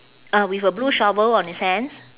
uh with a blue shovel on his hands